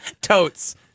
Totes